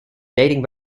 dating